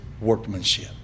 workmanship